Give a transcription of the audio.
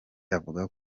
avuga